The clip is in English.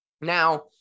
Now